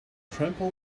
trample